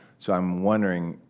so i'm wondering,